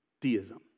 deism